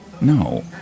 no